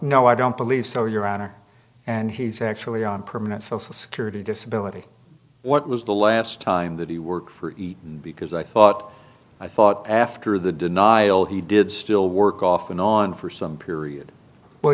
no i don't believe so your honor and he's actually on permanent social security disability what was the last time that he worked for eaton because i thought i thought after the denial he did still work off and on for some period where